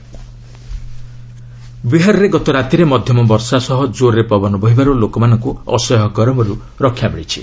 ବିହାର ରେନ୍ ବିହାରରେ ଗତ ରାତିରେ ମଧ୍ୟମ ବର୍ଷା ସହ ଜୋର୍ରେ ପବନ ବହିବାର୍ ଲୋକମାନଙ୍କ ଅସହ୍ୟ ଗରମରୁ ରକ୍ଷା ମିଳିଛି